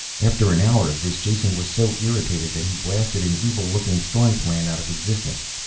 after an hour of this, jason was so irritated that he blasted an evil-looking thorn plant out of existence.